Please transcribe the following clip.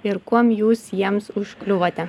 ir kuom jūs jiems užkliūvate